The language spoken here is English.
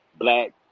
black